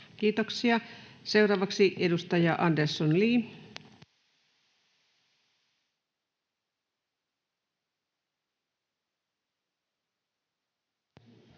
Kiitoksia. — Seuraavaksi edustaja Andersson, Li. Arvoisa